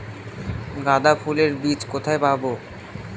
গাঁদা ফুলের বীজ কোথায় পাবো?